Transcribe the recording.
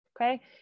Okay